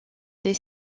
des